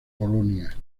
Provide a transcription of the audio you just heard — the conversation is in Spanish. polonia